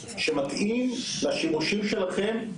שמתאים לשימושים שלהם,